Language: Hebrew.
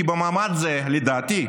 כי במעמד זה, לדעתי,